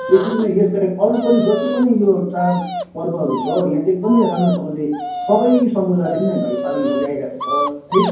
यसरी नै यसबाहेक अरू पनि जति पनि यो चाड पर्वहरू छ यहाँ चाहिँ एकदमै राम्रोसँगले सबै समुदायले नै भाइ पालन गर्दै आइरहेको छ है